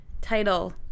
Title